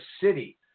city